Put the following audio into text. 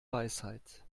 weisheit